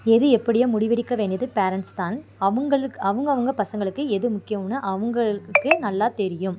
எது எப்படியோ முடிவெடுக்க வேண்டியது பேரெண்ட்ஸ் தான் அவங்களுக் அவங்கவுங்க பசங்களுக்கு எது முக்கியம்னு அவங்களுக்கு நல்லா தெரியும்